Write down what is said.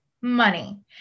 Money